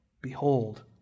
behold